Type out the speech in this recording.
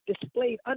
displayed